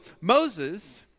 Moses